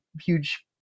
huge